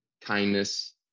kindness